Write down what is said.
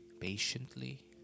patiently